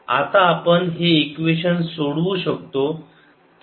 आता आपण हे इक्वेशन सोडवू शकतो